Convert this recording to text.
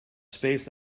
spaced